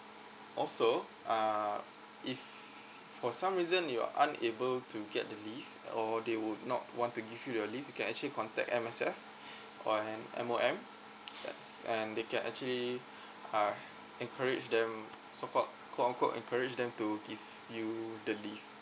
also uh if for some reason you're unable to get the leave or they would not want to give you the leave you can actually contact M_S_F or M_O_M yes and they can actually uh encourage them so called quote unquote encourage them to give you the leave